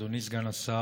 אדוני סגן השר,